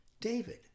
David